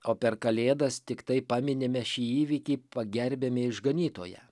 o per kalėdas tiktai paminime šį įvykį pagerbiame išganytoją